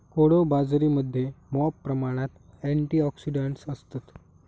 कोडो बाजरीमध्ये मॉप प्रमाणात अँटिऑक्सिडंट्स असतत